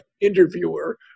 interviewer